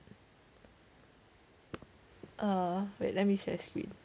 err wait let me share screen